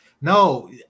No